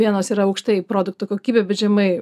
vienos yra aukštai į produktų kokybę bet žemai